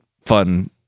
fun